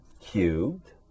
cubed